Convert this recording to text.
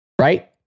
right